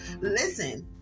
listen